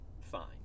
fine